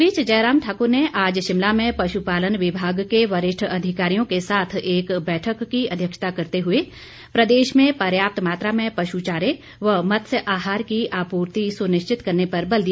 इस बीच जयराम ठाकुर ने आज शिमला में पशुपालन विभाग के वरिष्ठ अधिकारियों के साथ एक बैठक की अध्यक्षता करते हुए प्रदेश में पर्याप्त मात्रा में पशु चारे व मत्स्य आहार की आपूर्ति सुनिश्चित करने पर बल दिया